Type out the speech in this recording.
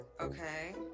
Okay